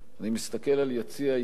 אני מסתכל על יציע העיתונאים,